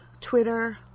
Twitter